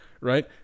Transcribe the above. right